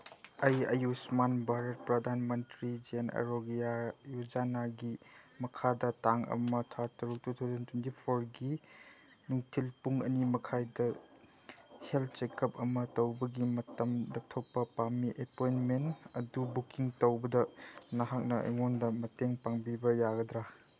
ꯑꯩ ꯑꯌꯨꯁꯃꯥꯟ ꯚꯥꯔꯠ ꯄ꯭ꯔꯙꯥꯟ ꯃꯟꯇ꯭ꯔꯤ ꯖꯦꯟ ꯑꯔꯣꯒ꯭ꯌꯥ ꯌꯣꯖꯅꯥꯒꯤ ꯃꯈꯥꯗ ꯇꯥꯡ ꯑꯃ ꯊꯥ ꯇꯔꯨꯛ ꯇꯨ ꯊꯥꯎꯖꯟ ꯇ꯭ꯋꯦꯟꯇꯤ ꯐꯣꯔꯒꯤ ꯅꯨꯡꯊꯤꯜ ꯄꯨꯡ ꯑꯅꯤ ꯃꯈꯥꯏꯗ ꯍꯦꯜꯠ ꯆꯦꯛ ꯑꯞ ꯑꯃ ꯇꯧꯕꯒꯤ ꯃꯇꯝꯗ ꯊꯣꯛꯄ ꯄꯥꯝꯃꯤ ꯑꯦꯄꯣꯏꯟꯃꯦꯟ ꯑꯗꯨ ꯕꯨꯀꯤꯡ ꯇꯧꯕꯗ ꯅꯍꯥꯛꯅ ꯑꯩꯉꯣꯟꯗ ꯃꯇꯦꯡ ꯄꯥꯡꯕꯤꯕ ꯌꯥꯒꯗ꯭ꯔꯥ